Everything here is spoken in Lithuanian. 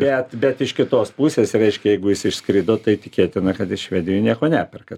bet bet iš kitos pusės reiškia jeigu jis išskrido tai tikėtina kad jis švedijoj nieko neperka